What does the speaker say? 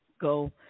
go